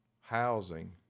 housing